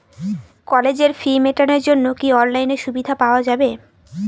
কলেজের ফি মেটানোর জন্য কি অনলাইনে সুবিধা পাওয়া যাবে?